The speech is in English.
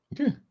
okay